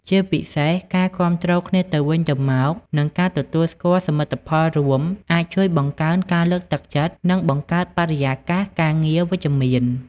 ជាពិសេសការគាំទ្រគ្នាទៅវិញទៅមក និងការទទួលស្គាល់សមិទ្ធផលរួម អាចជួយបង្កើនការលើកទឹកចិត្ត និងបង្កើតបរិយាកាសការងារវិជ្ជមាន។